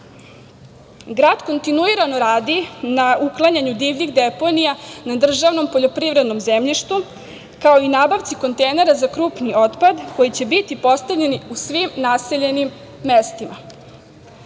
kontinuirano radi na uklanjanju divljih deponija na državnom poljoprivrednom zemljištu kao i nabavci kontejnera za krupni otpad koji će biti postavljeni u svim naseljenim mestima.